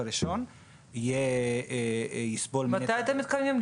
הראשון יסבול מ --- מתי אתם מתכוונים לפתוח,